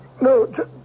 No